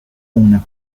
una